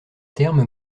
terme